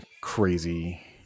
crazy